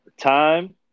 Time